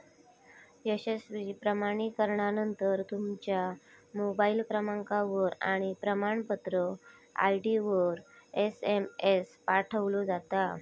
यशस्वी प्रमाणीकरणानंतर, तुमच्या मोबाईल क्रमांकावर आणि प्रमाणपत्र आय.डीवर एसएमएस पाठवलो जाता